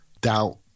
doubt